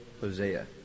Hosea